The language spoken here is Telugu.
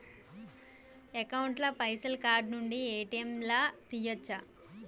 అకౌంట్ ల పైసల్ కార్డ్ నుండి ఏ.టి.ఎమ్ లా తియ్యచ్చా?